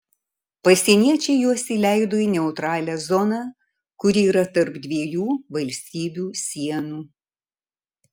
pasieniečiai juos įleido į neutralią zoną kuri yra tarp dviejų valstybių sienų